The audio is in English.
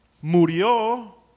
Murió